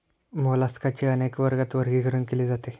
मोलास्काचे अनेक वर्गात वर्गीकरण केले जाते